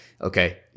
okay